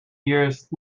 years